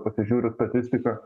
pasižiūriu statistiką